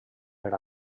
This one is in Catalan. per